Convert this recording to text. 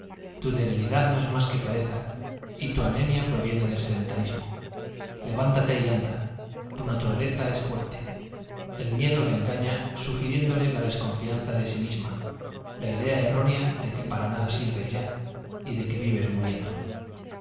tu debilidad no es más que pereza y tu anemia proviene del sedentarismo levántate y anda tu naturaleza es fuerte el miedo la engaña sugiriéndole la desconfianza de sí misma la idea errónea de que para nada sirves ya y de que vives muriendo